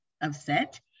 upset